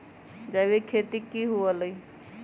जैविक खेती की हुआ लाई?